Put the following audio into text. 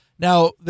Now